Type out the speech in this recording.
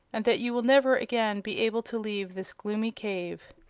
and that you will never again be able to leave this gloomy cave.